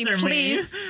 please